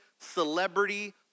celebrity